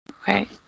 Okay